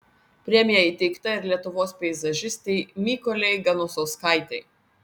premija įteikta ir lietuvos peizažistei mykolei ganusauskaitei